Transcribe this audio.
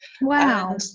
Wow